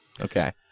Okay